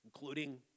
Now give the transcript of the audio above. including